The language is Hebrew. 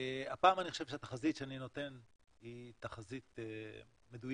הפעם אני חושב שהתחזית שאני נותן היא תחזית מדויקת.